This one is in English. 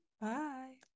Bye